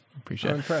appreciate